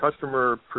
customer